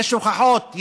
יש הוכחות,